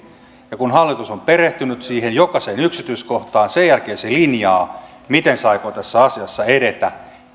ja kun hallitus on perehtynyt siihen jokaiseen yksityiskohtaan sen jälkeen se linjaa miten se aikoo tässä asiassa edetä